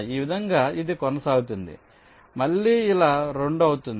ఈ విధంగా ఇది కొనసాగుతుంది ఇది మళ్ళీ ఇలా 2 అవుతుంది